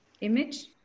image